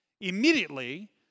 Immediately